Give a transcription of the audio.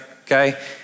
Okay